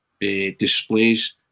displays